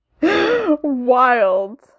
wild